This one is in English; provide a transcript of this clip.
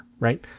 Right